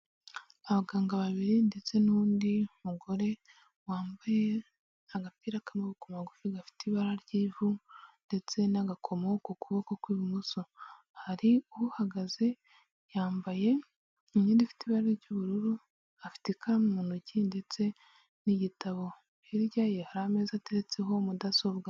Abaganga babiri ndetse n'undi mugore wambaye agapira k'amaboko magufi gafite ibara ry'ivu, ndetse n'agakomo ku kuboko kw'ibumoso, hari uhagaze yambaye imyenda ifite ibara ry'ubururu, afite ikaramu mu ntoki ndetse n'igitabo, hirya ye hari ameza ateretseho mudasobwa.